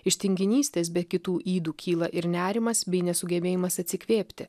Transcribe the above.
iš tinginystės be kitų ydų kyla ir nerimas bei nesugebėjimas atsikvėpti